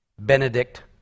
Benedict